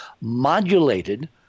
modulated